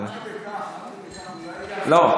עד כדי כך, לא.